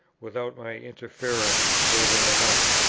without my interference, more than enough.